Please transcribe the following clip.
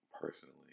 personally